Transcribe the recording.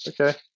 Okay